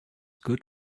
good